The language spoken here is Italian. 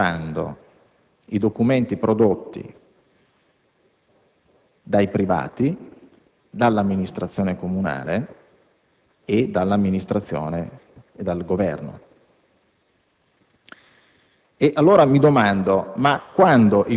che emergono prepotentemente confrontando i documenti prodotti dai privati, dall'amministrazione comunale e dal Governo.